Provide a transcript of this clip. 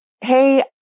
Hey